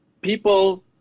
people